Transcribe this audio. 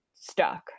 stuck